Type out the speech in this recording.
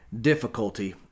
difficulty